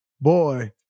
boy